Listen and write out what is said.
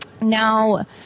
now